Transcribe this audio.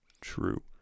True